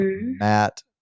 Matt